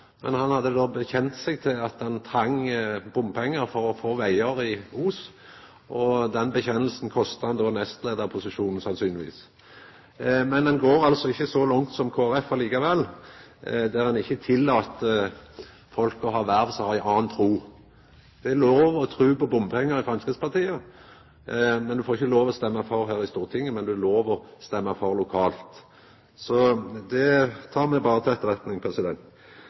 men han har då vedkjent at han treng bompengar for å få vegar i Os. Den bekjennelsen kosta han nestleiarposisjonen, sannsynlegvis. Men ein går likevel ikkje så langt som Kristeleg Folkeparti, der ein ikkje tillèt folk å ha ei anna tru. Det er lov å tru på bompengar i Framstegspartiet. Ein får ikkje lov å stemma for det her i Stortinget, men det er lov å stemma for det lokalt. Det tek me berre til etterretning. Så til Bratsbergbanen. Det